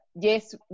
yes